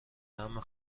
عمه